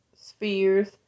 spheres